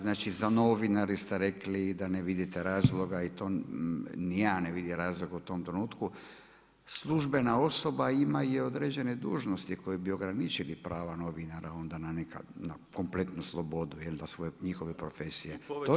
Znači za novinara ste rekli i da ne vidite razloga i to ni ja ne vidim razloga u tom trenutku, službena osoba ima i određene dužnosti koje bi ograničili prava novinara onda na neka, na kompletnu slobodu, je li na svoje, njihove profesije.